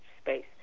space